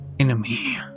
Enemy